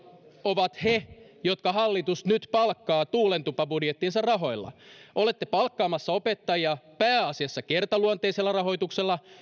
ovat he jotka hallitus nyt palkkaa tuulentupabudjettinsa rahoilla olette palkkaamassa opettajia pääasiassa kertaluonteisella rahoituksella